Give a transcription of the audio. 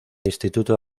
instituto